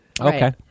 Okay